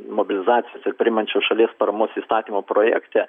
mobilizacijos ir priimančios šalies paramos įstatymo projekte